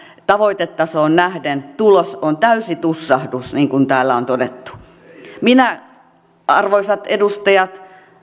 tavoitetasoon nähden tulos on täysi tussahdus niin kuin täällä on todettu arvoisat edustajat